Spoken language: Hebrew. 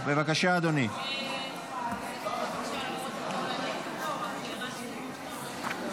בקריאה הטרומית, ולכן עניינה לא יקודם.